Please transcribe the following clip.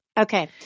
Okay